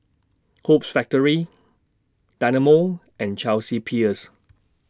Hoops Factory Dynamo and Chelsea Peers